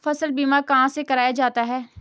फसल बीमा कहाँ से कराया जाता है?